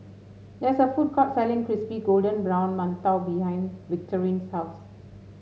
there is a food court selling Crispy Golden Brown Mantou behind Victorine's house